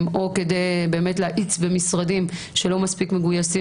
או כדי להאיץ במשרדים שלא מספיק מגויסים,